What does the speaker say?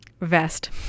vest